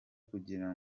kugira